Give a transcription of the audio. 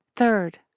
Third